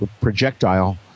projectile